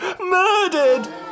Murdered